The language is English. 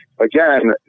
Again